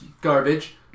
garbage